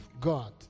God